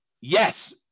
Yes